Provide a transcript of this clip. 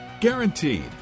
Guaranteed